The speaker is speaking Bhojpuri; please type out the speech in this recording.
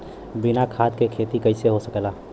बिना खाद के खेती कइसे हो सकेला?